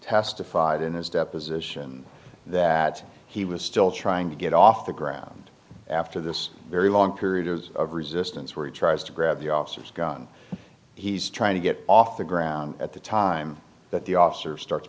testified in his deposition that he was still trying to get off the ground after this very long period of resistance where he tries to grab the officers gun he's trying to get off the ground at the time that the officer starts